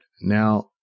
Now